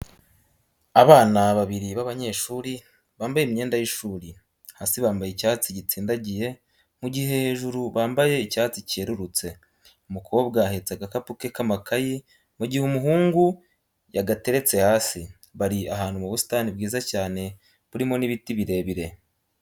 Abana babiri b'abanyeshuri bambaye imyenda y'ishuri; hasi bambaye icyatsi gitsindagiye mu gihe hejuru bambaye icyatsi cyerurutse. Umukobwa ahetse agakapu ke k'amakayi mu gihe umuhubgu yagateretse hasi. Bari ahantu mu busitani bwiza cyane burimo n'ibiti birebire.